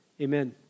Amen